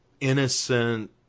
innocent